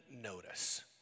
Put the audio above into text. notice